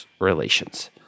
Relations